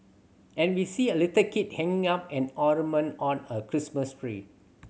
and we see a little kid hanging up an ornament on a Christmas tree